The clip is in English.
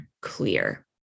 clear